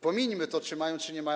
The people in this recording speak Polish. Pomińmy to, czy mają, czy nie mają.